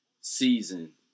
season